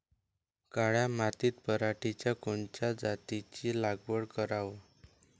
काळ्या मातीत पराटीच्या कोनच्या जातीची लागवड कराव?